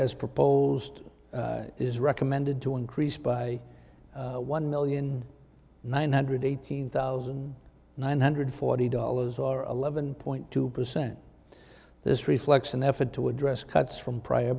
as proposed is recommended to increase by one million nine hundred eighteen thousand nine hundred forty dollars or eleven point two percent this reflects an effort to address cuts from prior